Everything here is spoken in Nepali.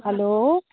हेलो